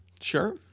sure